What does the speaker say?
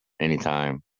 anytime